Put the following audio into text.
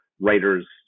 writer's